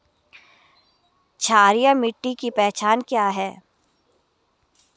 क्षारीय मिट्टी की पहचान क्या है?